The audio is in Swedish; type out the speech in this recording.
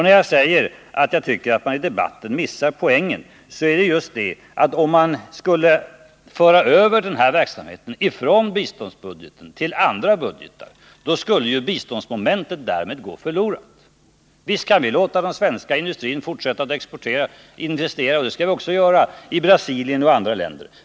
När jag säger att man i debatten missar poängen syftar jag just på att om man skulle föra över den här verksamheten från biståndsbudgeten till andra budgeter, skulle biståndsmomentet därmed gå förlorat. Visst kan vi låta den svenska industrin fortsätta att investera — och det skall vi också göra — i Brasilien och andra länder.